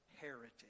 heritage